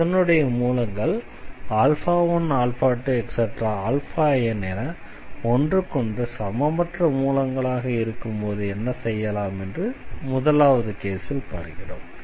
அதனுடைய மூலங்கள் 12n என ஒன்றுக்கொன்று சமமற்ற மூலங்களாக இருக்கும்போது என்ன செய்யலாம் என்று முதலாவது கேஸில் பார்க்கிறோம்